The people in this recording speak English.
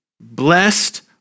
Blessed